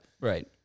Right